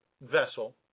vessel